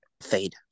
fade